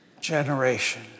generation